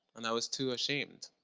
and i was too ashamed.